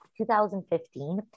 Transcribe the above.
2015